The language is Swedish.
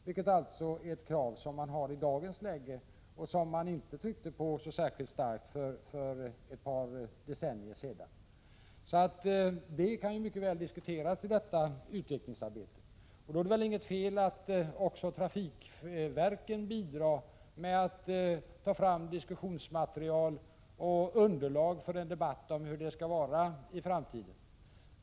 Det är ett krav som man har i dagens läge men som man inte särskilt starkt tryckte på för ett par decennier sedan. Det kan mycket väl diskuteras i detta utvecklingsarbete. Då är det väl inget fel att också trafikverken bidrar med att ta fram diskussionsmaterial och underlag för en debatt om hur det skall vara i framtiden.